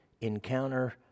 Encounter